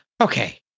Okay